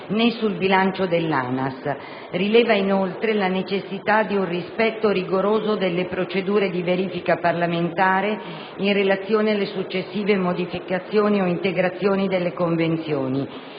né sul bilancio dell'ANAS. Rileva, inoltre, la necessità di un rispetto rigoroso delle procedure di verifica parlamentare in relazione alle successive modificazioni o integrazioni delle Convenzioni.